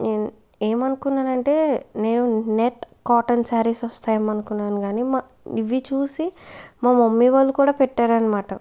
ఏమనుకున్నానంటే నేను net cotton saris వస్తాయేమో అనుకున్నాను కాని ఇవి చూసి మా మమ్మీ వాళ్ళు కూడా పెట్టారనమాట